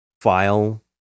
file